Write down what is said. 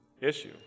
issue